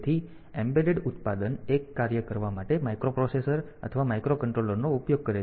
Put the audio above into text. તેથી એમ્બેડેડ ઉત્પાદન એક કાર્ય કરવા માટે માઇક્રોપ્રોસેસર અથવા માઇક્રોકન્ટ્રોલરનો ઉપયોગ કરે છે